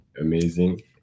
Amazing